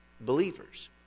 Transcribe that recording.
believers